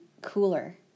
cooler